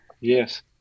Yes